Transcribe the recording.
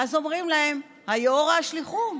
ואז אומרים: היאורה השליכום.